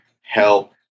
help